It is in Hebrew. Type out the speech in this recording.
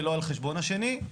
ולא על חשבון השני.